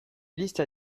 liste